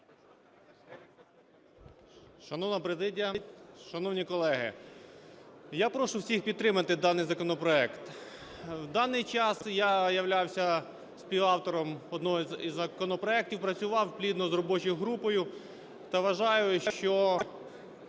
Шановна президія, шановні колеги, я прошу всіх підтримати даний законопроект. В даний час я являюсь співавтором одного із законопроектів, працював плідно з робочою групою та вважаю, що